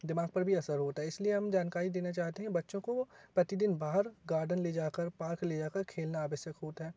दिमाग पर भी असर होता है इसलिए हम जानकारी देना चाहते हैं बच्चों को प्रतिदिन बाहर गार्डेन ले जाकर पार्क ले जाकर खेलना आवश्यक होता है